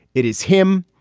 it is him.